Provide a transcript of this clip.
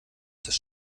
dass